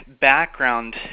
Background